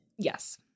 Yes